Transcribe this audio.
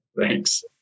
Thanks